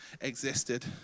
existed